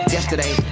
Yesterday